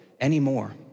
anymore